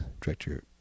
director